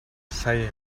сая